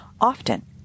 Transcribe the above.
Often